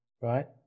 right